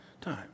time